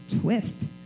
twist